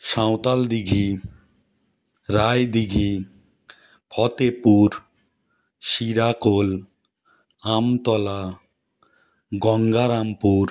Santaldighi Raidighi Fatehpur Shirakol Amtala Gangarampur